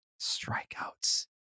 strikeouts